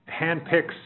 handpicks